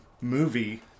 movie